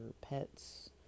pets